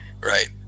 right